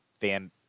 fan